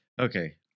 Okay